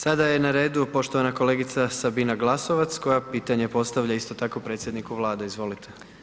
Sada je na redu poštovana kolegica Sabina Glasovac koja pitanje postavlja isto taku predsjedniku Vlade, izvolite.